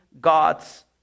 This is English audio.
God's